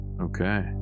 Okay